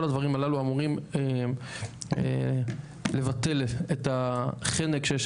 כל הדברים הללו אמורים לבטל את החנק שיש